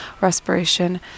respiration